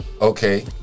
okay